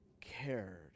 cared